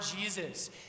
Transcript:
Jesus